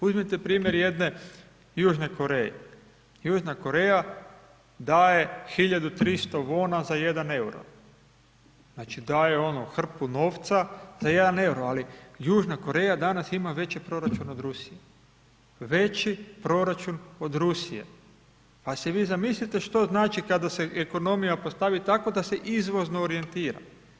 Uzmite primjer jedne Južne Koreje, Južna Koreja daje 1300 vona za 1 EUR-o, znači, daje hrpu novca za 1 EUR-o, ali Južna Koreja danas ima veći proračun od Rusije, veći proračun od Rusije, pa si vi zamislite što znači kada se ekonomija postavi tako da se izvozno orijentira.